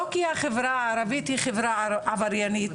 לא כי החברה הערבית היא חברה עבריינית.